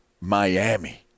Miami